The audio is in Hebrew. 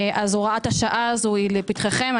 הוראת השעה הזאת היא לפתחכם.